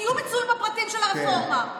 תהיו מצויים בפרטים של הרפורמה.